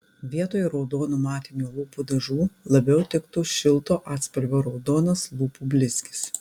vietoj raudonų matinių lūpų dažų labiau tiktų šilto atspalvio raudonas lūpų blizgis